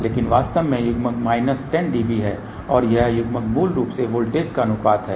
लेकिन वास्तव में युग्मन माइनस 10 dB है और यह युग्मन मूल रूप से वोल्टेज का अनुपात है